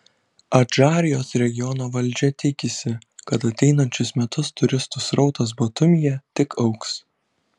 adžarijos regiono valdžia tikisi kad ateinančius metus turistų srautas batumyje tik augs